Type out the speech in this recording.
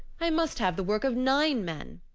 i must have the work of nine men.